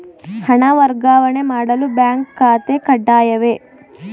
ಹಣ ವರ್ಗಾವಣೆ ಮಾಡಲು ಬ್ಯಾಂಕ್ ಖಾತೆ ಕಡ್ಡಾಯವೇ?